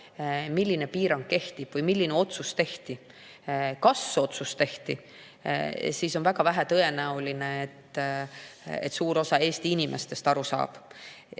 milline piirang kehtib või milline otsus tehti või kas üldse otsus tehti, siis on väga vähe tõenäoline, et suur osa Eesti inimestest aru saab.